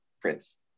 Prince